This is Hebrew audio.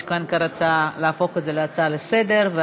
יש כאן הצעה להפוך את זה להצעה לסדר-היום,